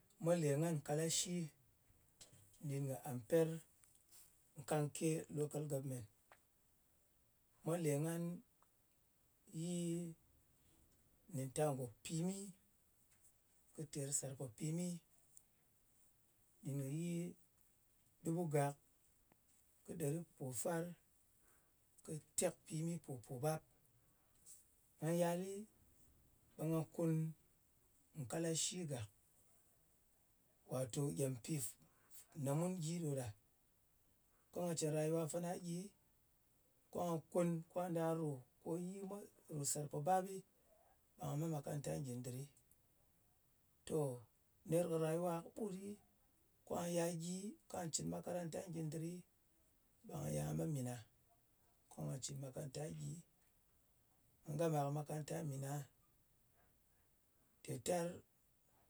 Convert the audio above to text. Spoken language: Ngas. Mwa lè ngan kalashi, nɗin kɨ amper, kanke local govment. Mwa le gahn yi nɗin tar ngò pimi, kɨ tèr sàrpòpimi. Nɗin kɨ yi dubugak, kɨ ɗeripòfar, kɨ tekpimipopòbap. Nga yalɨ ɓe ngà kun nkalashi gàk. Wàtò gyèm pi ne mun gyi ɗo ɗa. Ko nga cɨn rayuwa fana gyi, kwa kun, kwà da rù ko yi mwa sarpobapɓi, ɓe nga met makaranta ngindiri. Tò, ner kɨ rayuwa kɨɓutɗi, kwa ya gyi, kwa cɨn makaranta ngindiri, ɓà ya me mina ko nga cɨn makaranta gyi. Nga gama kɨ makaranta mina, ter tar,